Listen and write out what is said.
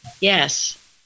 yes